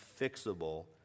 fixable